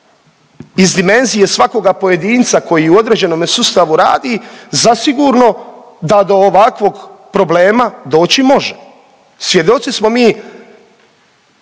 iz dimenzije svakoga pojedinca koji u određenome sustavu radi zasigurno da do ovakvog problema doći može. Svjedoci smo mi